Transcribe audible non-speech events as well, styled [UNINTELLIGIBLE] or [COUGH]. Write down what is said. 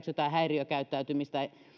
[UNINTELLIGIBLE] jotain häiriökäyttäytymistä